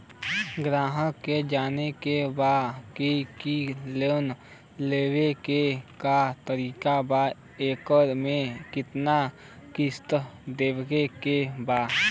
ग्राहक के जाने के बा की की लोन लेवे क का तरीका बा एकरा में कितना किस्त देवे के बा?